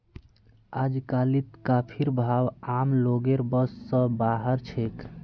अजकालित कॉफीर भाव आम लोगेर बस स बाहर छेक